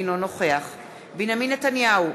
אינו נוכח בנימין נתניהו,